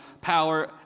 power